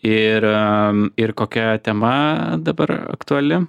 ir ir kokia tema dabar aktuali